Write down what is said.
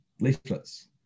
leaflets